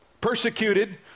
Persecuted